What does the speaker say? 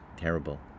terrible